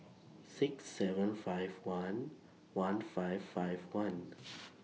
six seven five one one five five one